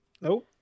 No